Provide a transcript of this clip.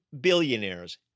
billionaires